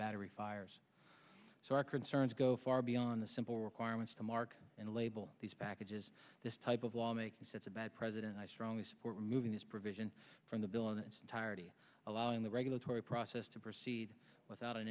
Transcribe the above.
battery fires so our concerns go far beyond the simple requirements to mark and label these packages this type of law making such a bad president i strongly support removing this provision from the bill in its entirety allowing the regulatory process to proceed without an